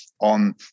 on